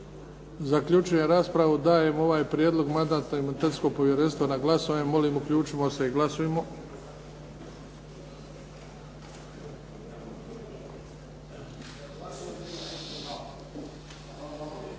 Zaključujem raspravu. Dajem ovaj prijedlog Mandatno-imunitetnog povjerenstva na glasovanje. Molim, uključimo se i glasujmo.